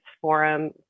forum